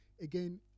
again